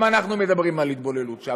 גם אנחנו מדברים על התבוללות שם.